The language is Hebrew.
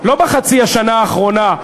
לא בחצי השנה האחרונה,